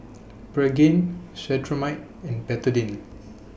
Pregain Cetrimide and Betadine